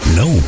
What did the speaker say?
no